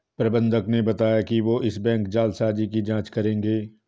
प्रबंधक ने बताया कि वो इस बैंक जालसाजी की जांच करेंगे